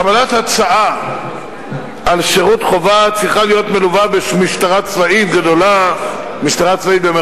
קבלת הצעה של שירות חובה צריכה להיות מלווה ב"משטרה צבאית"